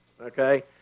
Okay